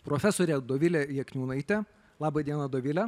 profesorė dovilė jakniūnaitė laba diena dovile